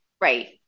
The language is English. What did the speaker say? Right